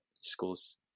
schools –